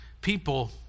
people